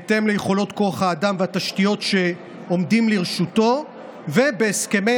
ובהתאם ליכולות כוח האדם והתשתיות שעומדים לרשותו ובהסכמי